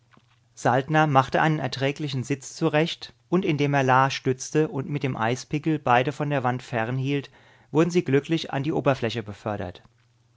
saltner machte einen erträglichen sitz zurecht und indem er la stützte und mit dem eispickel beide von der wand fernhielt wurden sie glücklich an die oberfläche befördert